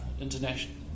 international